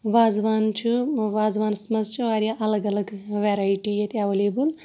وازوان چھُ وازوانَس منٛز چھِ واریاہ الگ الگ ویرایٹی ییٚتہِ ایویلیبٕل